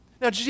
Now